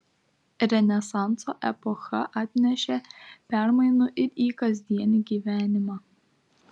renesanso epocha atnešė permainų ir į kasdienį gyvenimą